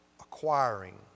acquiring